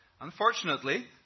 Unfortunately